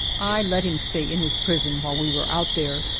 i let him stay in his prison while we were out there.